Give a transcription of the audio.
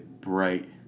bright